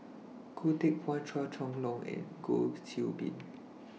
Goh Teck Phuan Chua Chong Long and Goh Qiu Bin